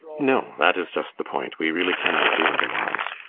no, that is just the point we really cannot do otherwise.